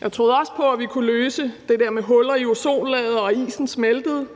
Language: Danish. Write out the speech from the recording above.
Jeg troede også på, at vi kunne løse det der med huller i ozonlaget, og at isen smeltede,